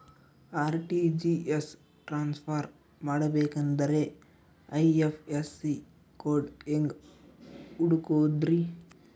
RTGS transfer ಮಾಡಬೇಕೆಂದರೆ IFSC code ಹೆಂಗ್ ಹುಡುಕೋದ್ರಿ?